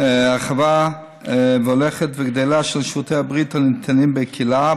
יש הרחבה הולכת וגדלה של שירותי הבריאות הניתנים בקהילה,